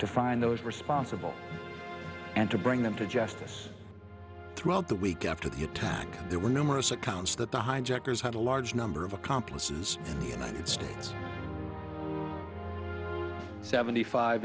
to find those responsible and to bring them to justice throughout the week after the attack there were numerous accounts that the hijackers had a large number of accomplices in the united states seventy five